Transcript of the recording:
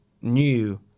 new